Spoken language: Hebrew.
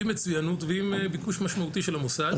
עם מצוינות ועם ביקוש משמעותי של המוסד.